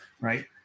Right